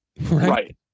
right